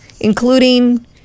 including